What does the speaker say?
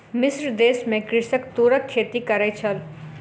मिस्र देश में कृषक तूरक खेती करै छल